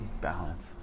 Balance